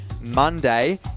Monday